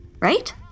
Right